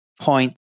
point